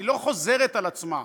היא לא חוזרת על עצמה.